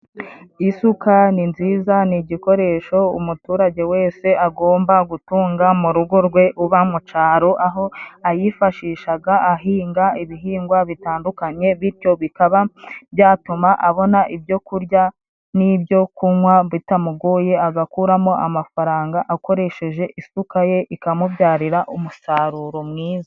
Isuka ni nziza. Ni igikoresho umuturage wese agomba gutunga mu rugo rwe uba mu cyaro aho ayifashishaga ahinga ibihingwa bitandukanye bityo bikaba byatuma abona ibyo kurya n'ibyo kunywa bitamugoye agakuramo amafaranga akoresheje isuka ye ikamubyarira umusaruro mwiza.